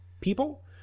people